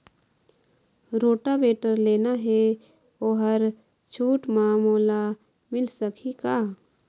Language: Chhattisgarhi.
रोटावेटर लेना हे ओहर छूट म मोला मिल सकही का?